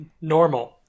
Normal